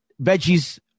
veggies